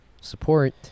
support